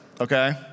okay